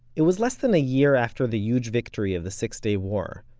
it was less than a year after the huge victory of the six day war,